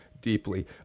deeply